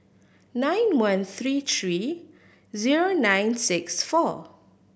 nine one three three zero nine six four